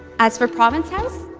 as for province house,